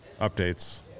updates